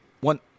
one